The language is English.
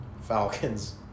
Falcons